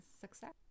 success